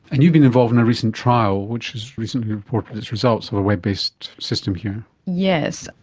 and you've been involved in a recent trial which has recently reported its results of a web based system here. yes,